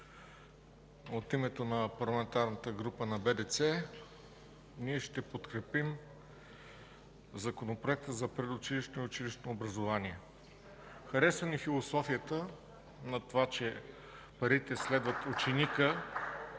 От името на Парламентарната група на БДЦ, ние ще подкрепим Законопроекта за предучилищното и училищното образование. Хареса ни философията, че парите следват ученика.